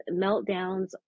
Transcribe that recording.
meltdowns